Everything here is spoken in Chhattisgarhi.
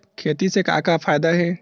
खेती से का का फ़ायदा हे?